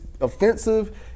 offensive